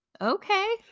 Okay